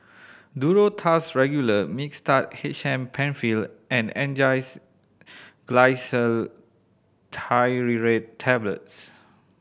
Duro Tuss Regular Mixtard H M Penfill and Angised Glyceryl Trinitrate Tablets